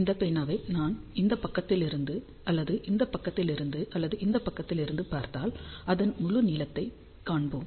இந்த பேனாவை நான் இந்த பக்கத்திலிருந்து அல்லது இந்த பக்கத்திலிருந்து அல்லது இந்த பக்கத்திலிருந்து பார்த்தால் அதன் முழு நீளத்தைக் காண்போம்